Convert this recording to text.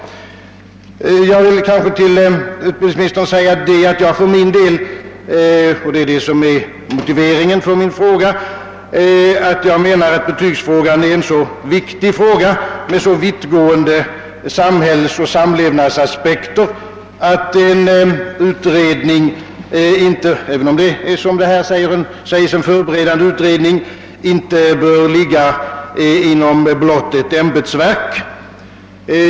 Motiveringen för min enkla fråga har varit, att jag menar att betygsfrågan är så viktig och har så vittgående samhällsoch samlevnadsaspekter, att en utredning — även om den, som statsrådet säger, endast är förberedande — inte bör ligga inom blott ett ämbets verk.